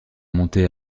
monter